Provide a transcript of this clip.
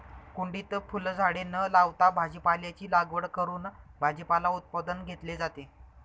कुंडीत फुलझाडे न लावता भाजीपाल्याची लागवड करून भाजीपाला उत्पादन घेतले जाते